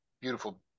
beautiful